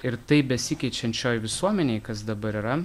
ir taip besikeičiančioj visuomenėj kas dabar yra